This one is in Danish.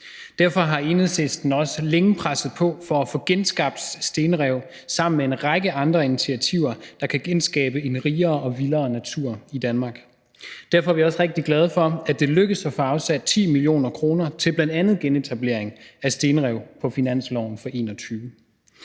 Derfor har Enhedslisten også længe presset på for at få genskabt stenrev sammen med en række andre initiativer, der kan genskabe en rigere og vildere natur i Danmark. Derfor er vi også rigtig glade for, at det er lykkedes at få afsat 10 mio. kr. på finansloven for 2021